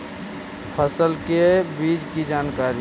फसल के बीज की जानकारी?